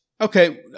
Okay